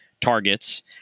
targets